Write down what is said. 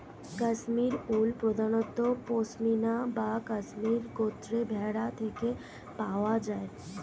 কাশ্মীরি উল প্রধানত পশমিনা বা কাশ্মীরি গোত্রের ভেড়া থেকে পাওয়া যায়